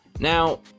Now